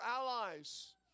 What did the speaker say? allies